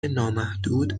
نامحدود